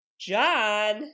john